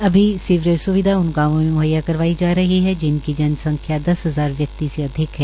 अभी सीवरेज उन गांवों में मुहैया करवाई जा रही है जिनकी जनसंख्या दस हजार व्यकित से अधिक है